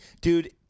Dude